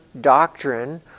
doctrine